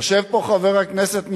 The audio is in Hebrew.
יושב פה חבר הכנסת מיכאלי,